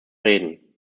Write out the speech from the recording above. reden